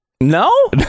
No